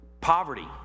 Poverty